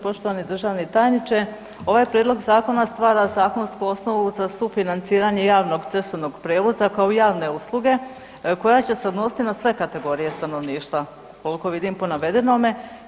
Poštovani državni tajniče ovaj Prijedlog zakona stvara zakonsku osnovu za sufinanciranje javnog cestovnog prijevoza kao javne usluge koja će se odnositi na sve kategorije stanovništva koliko vidim po navedenome.